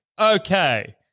Okay